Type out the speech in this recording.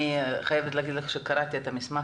אני חייבת להגיד לך שקראתי את המסמך,